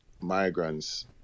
migrants